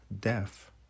death